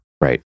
Right